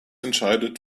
entscheidet